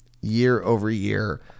year-over-year